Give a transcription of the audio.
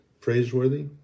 praiseworthy